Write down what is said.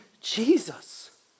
Jesus